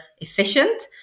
efficient